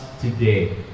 today